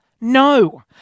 no